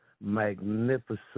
magnificent